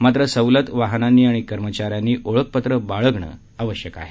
मात्र सवलत वाहनांनी आणि कर्मचाऱ्यांनी ओळखपत्र बाळगणं आवश्यक आहे